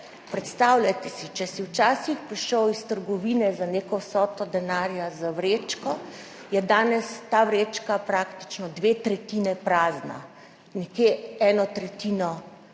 Predstavljajte si, če si včasih prišel iz trgovine za neko vsoto denarja z vrečko, je danes ta vrečka praktično dve tretjini prazna. Nekje samo eno tretjino je